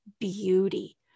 beauty